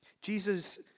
Jesus